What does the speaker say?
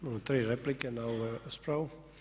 Imamo tri replike na ovu raspravu.